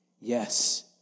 Yes